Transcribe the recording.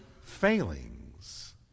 failings